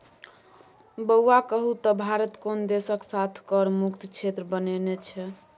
बौआ कहु त भारत कोन देशक साथ कर मुक्त क्षेत्र बनेने छै?